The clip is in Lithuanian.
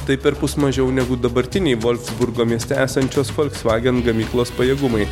tai perpus mažiau negu dabartiniai volfsburgo mieste esančios folksvagen gamyklos pajėgumai